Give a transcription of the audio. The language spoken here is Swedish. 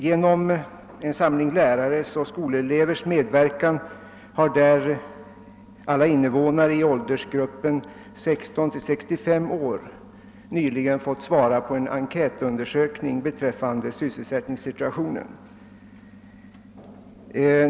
Genom en grupp lärares och skolelevers medverkan har där alla invånare i åldern 16—65 år nyligen fått svara på en enkät beträffande sysselsättningssituationen.